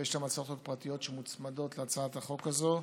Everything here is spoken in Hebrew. ויש גם הצעות חוק פרטיות שמוצמדות להצעת החוק הזאת.